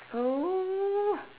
oh